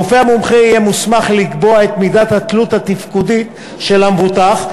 הרופא המומחה יהיה מוסמך לקבוע את מידת התלות התפקודית של המבוטח,